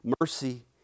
mercy